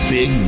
Big